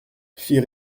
fit